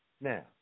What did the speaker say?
Now